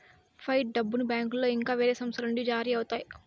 fight డబ్బును బ్యాంకులో ఇంకా వేరే సంస్థల నుండి జారీ అవుతాయి